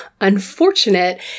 unfortunate